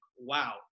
wow